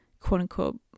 quote-unquote